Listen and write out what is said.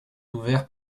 ouvert